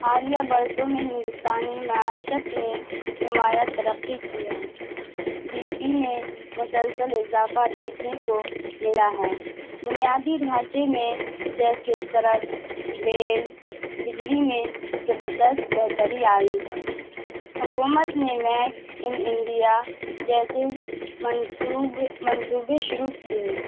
حالیہ برسوں میں ہندوستانی معیشت نے نمایاں ترقی کی ہے ڈی پی میں مسلسل اضافہ دیکھنے کو ملا ہے بنیادی ڈھانچے میں جیسے سڑک ریل بجلی میں زبردست بہتری آئی ہے حکومت نے میک ان انڈیا جیسے منصوبے منصوبے شروع کیے